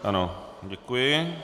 Ano, děkuji.